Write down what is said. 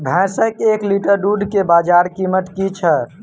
भैंसक एक लीटर दुध केँ बजार कीमत की छै?